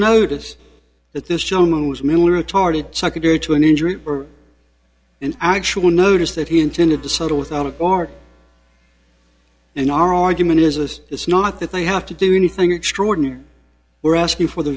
notice that this gentleman was miller tarted secondary to an injury or an actual notice that he intended to settle without a bar an oral argument is a it's not that they have to do anything extraordinary we're asking for the